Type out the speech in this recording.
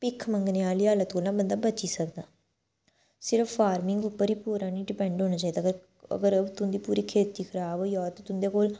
भिक्ख मंगने आह्ली हालत कोला बंदा बची सकदा सिर्फ फार्मिंग उप्पर ई पूरा निं डिपैंड होना चाहिदा अग अगर तुं'दी पूरी खेती खराब होई जा ते तुं'दे कोल